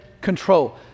control